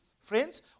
friends